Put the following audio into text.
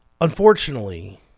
unfortunately